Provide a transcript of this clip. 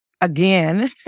again